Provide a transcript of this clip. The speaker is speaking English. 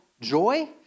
joy